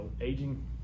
aging